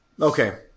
Okay